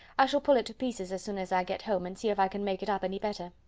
i shall pull it to pieces as soon as i get home, and see if i can make it up any better.